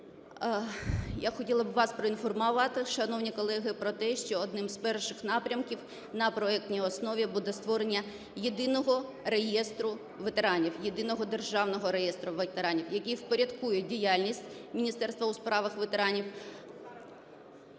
Я хотіла б вас проінформувати, шановні колеги, про те, що одним з перших напрямків на проектній основі буде створення єдиного реєстру ветеранів – Єдиного державного реєстру ветеранів, який впорядкує діяльність Міністерства у справах ветеранів,